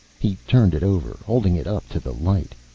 he turned it over, holding it up to the light.